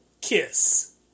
KISS